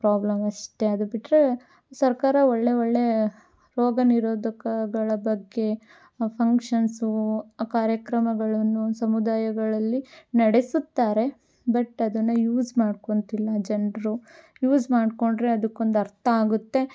problem ಅಷ್ಟೇ ಅದು ಬಿಟ್ಟರೆ ಸರ್ಕಾರ ಒಳ್ಳೆಯ ಒಳ್ಳೆಯ ರೋಗನಿರೋಧಕಗಳ ಬಗ್ಗೆ ಫಂಕ್ಷನ್ಸು ಕಾರ್ಯಕ್ರಮಗಳನ್ನು ಸಮುದಾಯಗಳಲ್ಲಿ ನಡೆಸುತ್ತಾರೆ ಬಟ್ ಅದನ್ನು ಯೂಸ್ ಮಾಡ್ಕೊಳ್ತಿಲ್ಲ ಜನರು ಯೂಸ್ ಮಾಡಿಕೊಂಡ್ರೆ ಅದಕ್ಕೊಂದು ಅರ್ಥ ಆಗುತ್ತೆ